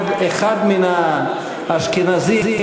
אחד מהאשכנזים,